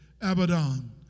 Abaddon